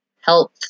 health